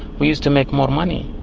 we used to make more money.